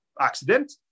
accident